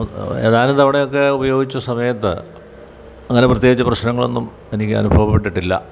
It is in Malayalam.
ഏതാനും തവണയൊക്കെ ഉപയോഗിച്ച സമയത്ത് അങ്ങനെ പ്രത്യേകിച്ച് പ്രശ്നങ്ങളൊന്നും എനിക്കനുഭവപ്പെട്ടിട്ടില്ല